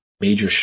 Major